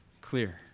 clear